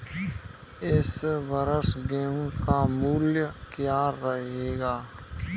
इस वर्ष गेहूँ का मूल्य क्या रहेगा?